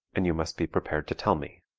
and you must be prepared to tell me.